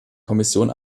kommission